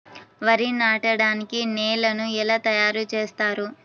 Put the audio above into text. వరి నాటడానికి నేలను ఎలా తయారు చేస్తారు?